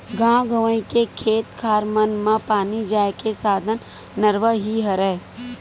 गाँव गंवई के खेत खार मन म पानी जाय के साधन नरूवा ही हरय